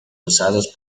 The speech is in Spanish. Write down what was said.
usados